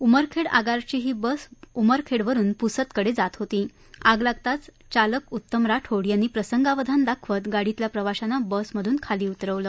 उमरखेड आगारची ही बस उमरखेडवरून प्सदकडे जात होती आग लागताच चालक ऊत्तम राठोड यांनी प्रसंगावधान दाखवत गाडीतल्या प्रवाशांना बसमधून खाली उतरवलं